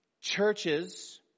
Churches